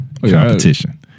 competition